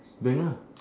bank lah